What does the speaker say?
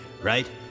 Right